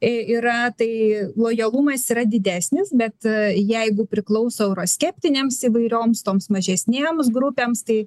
yra tai lojalumas yra didesnis bet jeigu priklauso euroskeptinėms įvairioms toms mažesnėms grupėms tai